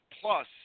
plus